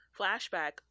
flashback